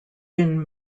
win